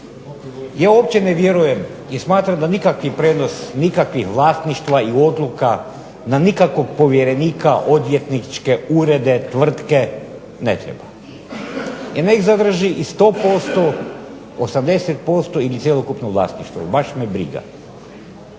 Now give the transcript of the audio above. Ja uopće ne vjerujem i smatram da nikakva prednost nikakvih vlasništva ni odluka, na nikakvog povjerenika odvjetničke urede, tvrtke ne treba. I neka zadrži i 100%, 80% ili cjelokupno vlasništvo. Baš me briga.